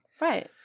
Right